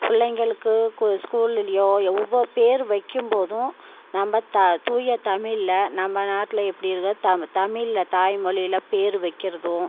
பிள்ளைங்களுக்கு ஸ்கூல்லேயோ எவ்வளோ பேர் வைக்கும் போதும் நம்ம தூய தமிழில் நம்ம நாட்டில் எப்படி இருக்கோ தமிழில் தாய் மொழியில் பேர் வைக்கிறதும்